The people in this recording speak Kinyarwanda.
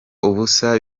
ubusa